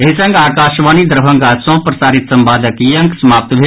एहि संग आकाशवाणी दरभंगा सँ प्रसारित संवादक ई अंक समाप्त भेल